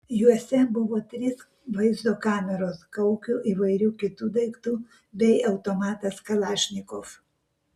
juose buvo trys vaizdo kameros kaukių įvairių kitų daiktų bei automatas kalašnikov